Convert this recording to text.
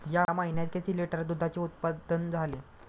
या महीन्यात किती लिटर दुधाचे उत्पादन झाले?